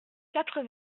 quatre